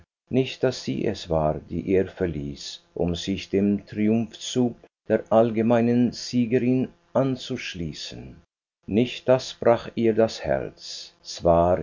nicht daß sie es war die er verließ um sich dem triumphzug der allgemeinen siegerin anzuschließen nicht das brach ihr das herz zwar